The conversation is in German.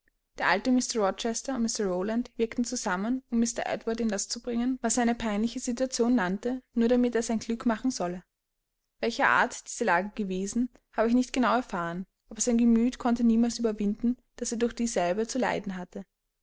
der alte mr rochester und mr rowland wirkten zusammen um mr edward in das zu bringen was er eine peinliche situation nannte nur damit er sein glück machen solle welcher art diese lage gewesen habe ich nicht genau erfahren aber sein gemüt konnte niemals überwinden was er durch dieselbe zu leiden hatte